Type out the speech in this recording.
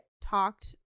talked